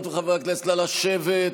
לשבת.